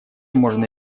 можно